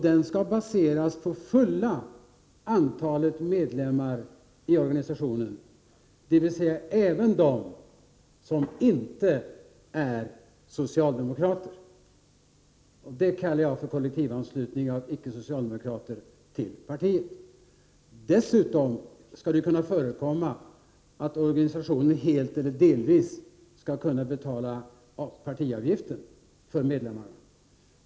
Den skall baseras på fulla antalet medlemmar i organisationen, dvs. även de som inte är socialdemokrater. Det kallar jag för kollektivanslutning av icke-socialdemokrater till partiet. Dessutom skall det kunna förekomma att organisationen, helt eller delvis, skall betala partiavgiften för medlemmarna.